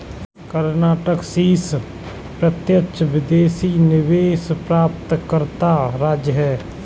कर्नाटक शीर्ष प्रत्यक्ष विदेशी निवेश प्राप्तकर्ता राज्य है